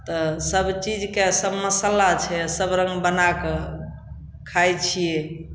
तऽ सभ चीजके सभ मसाला छै सभ रङ्ग बना कऽ खाइ छियै